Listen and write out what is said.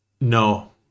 No